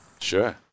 Sure